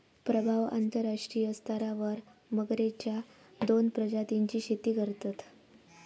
प्रभाव अंतरराष्ट्रीय स्तरावर मगरेच्या दोन प्रजातींची शेती करतत